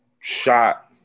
shot